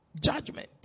judgment